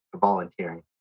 volunteering